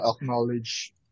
Acknowledge